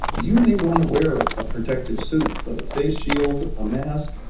you may want to wear a protective suit with a face shield, a mask,